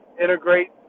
integrate